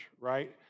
Right